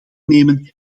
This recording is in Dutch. nemen